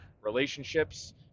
relationships